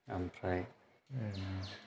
ओमफ्राय